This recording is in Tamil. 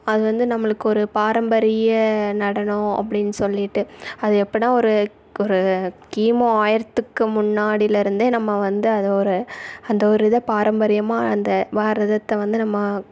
அது வந்து நம்மளுக்கு ஒரு பாரம்பரிய நடனம் அப்படின் சொல்லிட்டு அது எப்படா ஒரு ஒரு கிமு ஆயிரத்துக்கு முன்னாடியிலருந்தே நம்ம வந்து அதை ஒரு அந்த ஒரு இதை பாரம்பரியமாக அந்த பாரதத்தை வந்து நம்ம